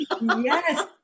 Yes